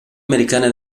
americana